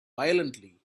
violently